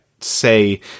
Say